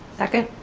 second.